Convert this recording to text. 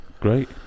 Great